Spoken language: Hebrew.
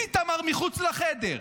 פיתמר מחוץ לחדר.